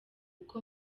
uko